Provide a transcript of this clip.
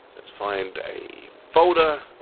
let's find a folder,